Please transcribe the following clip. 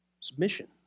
submission